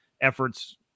efforts